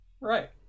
Right